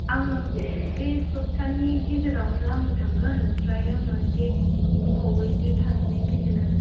आङो बे सप्तानि गेजेरावनो आङो थांगोन ओमफ्राय आङो इसे गोबावैनो थानानै फैगोन आरो